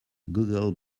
google